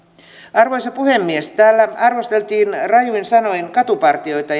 arvoisa puhemies täällä arvosteltiin rajuin sanoin katupartioita